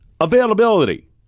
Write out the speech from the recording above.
Availability